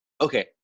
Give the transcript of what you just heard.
Okay